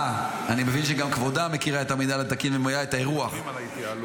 אה, מינהל תקין.